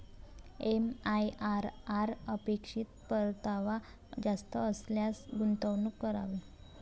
MIRR अपेक्षित परतावा जास्त असल्यास गुंतवणूक करावी